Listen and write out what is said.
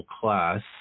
class